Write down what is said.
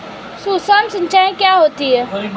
सुक्ष्म सिंचाई क्या होती है?